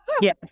Yes